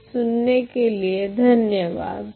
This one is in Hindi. तो सुनने के लिए धन्यवाद